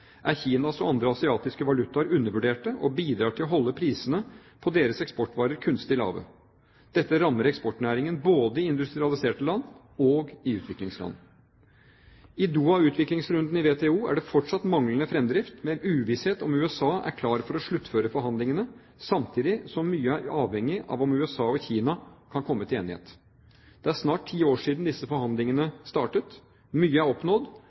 er Kinas og andre asiatiske valutaer undervurderte og bidrar til å holde prisene på deres eksportvarer kunstig lave. Dette rammer eksportnæringen både i industrialiserte land og i utviklingsland. I Doha-utviklingsrunden i WTO er det fortsatt manglende fremdrift med uvisshet om USA er klar for å sluttføre forhandlingene, samtidig som mye er avhengig av om USA og Kina kan komme til enighet. Det er snart ti år siden disse forhandlingene startet. Mye er oppnådd,